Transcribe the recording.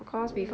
mm